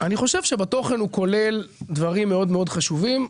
אני חושב שבתוכן הוא כולל דברים מאוד מאוד חשובים.